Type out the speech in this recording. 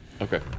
Okay